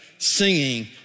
singing